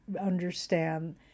understand